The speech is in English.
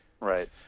Right